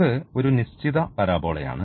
ഇത് ഒരു നിശ്ചിത പരാബോളയാണ്